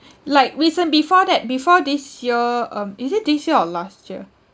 like recent before that before this year um is it this year or last year